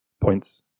points